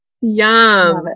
yum